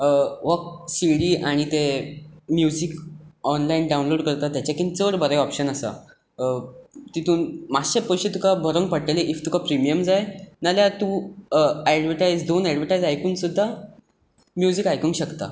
हो सिडी आनी ते म्युजीक ऑनलायन डावनलोड करता ताज्याकीन चड बरें ऑप्शन आसा तातूंत मातशें तुका पयशो भरूंक पडटलें इफ तुका प्रिमीयम जाय नाजाल्यार तूं एडवटायज दोन एडवरटायज आयकून सुद्दां म्युजीक आयकूंक शकता